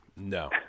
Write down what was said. No